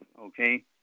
okay